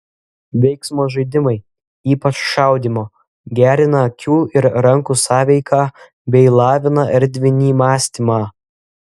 veiksmo žaidimai ypač šaudymo gerina akių ir rankų sąveiką bei lavina erdvinį mąstymą